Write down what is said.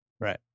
Right